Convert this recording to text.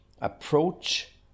approach